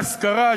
של דיור להשכרה,